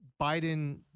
Biden